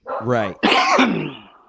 right